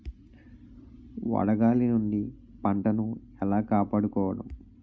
వడగాలి నుండి పంటను ఏలా కాపాడుకోవడం?